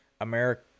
America